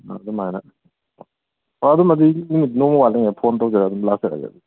ꯑꯗꯨꯃꯥꯏꯅ ꯍꯣ ꯑꯗꯨꯝ ꯑꯗꯨꯒꯤꯗꯤ ꯅꯣꯡꯃ ꯋꯥꯠꯂꯤꯉꯩ ꯐꯣꯟ ꯇꯧꯖꯔꯛꯑꯒ ꯑꯗꯨꯝ ꯂꯥꯛꯆꯔꯒꯦ ꯑꯗꯨꯗꯤ